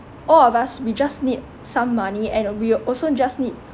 all of us we just need some money and we'll also just need